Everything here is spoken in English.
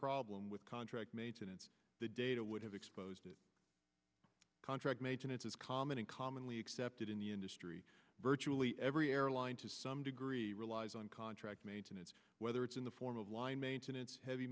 problem with contract maintenance the data would have exposed to contract maintenance is common and commonly accepted in the industry virtually every airline to some degree relies on contract maintenance whether it's in the form of line maintenance heavy